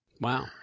Wow